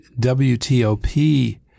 WTOP